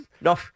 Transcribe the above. No